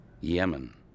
Yemen